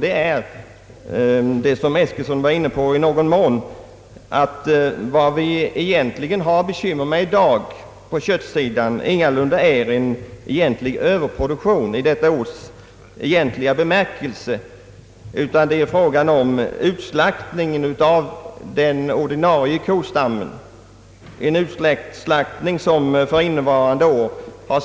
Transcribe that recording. Det är det som herr Eskilsson var inne på i någon mån, nämligen att vad vi har bekymmer med i dag på köttsidan ingalunda är en överproduktion i detta ords egentliga bemärkelse, utan fråga om utslaktning av den ordinarie kostammen, en utslaktning som för innevarande år har